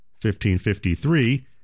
1553